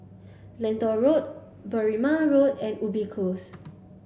Lentor Road Berrima Road and Ubi Close